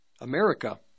America